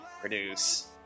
produce